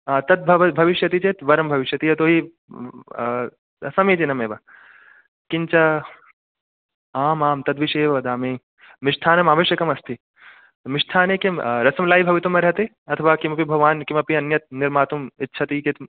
तद् भविष्यति चेत् वरं भविष्यति यतो हि समीचीनमेव किञ्च आमाम् तद्विषये एव वदामि मिष्ठान्नमावश्यकमस्ति मिष्ठान्ने किं रसमलै भवितुमर्हति अथवा भवान् किमपि अन्यत् निर्मातुम् इच्छति चेत्